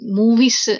movies